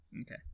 Okay